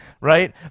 right